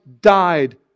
died